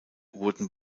wurden